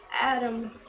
Adam